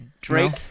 Drake